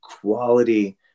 quality